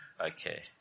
Okay